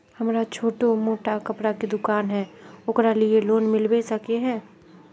हमरा छोटो मोटा कपड़ा के दुकान है ओकरा लिए लोन मिलबे सके है?